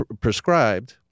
prescribed